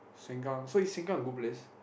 sengkang so is sengkang a good place